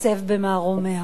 תיחשף במערומיה.